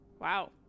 Wow